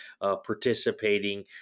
participating